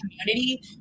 community